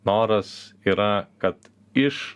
noras yra kad iš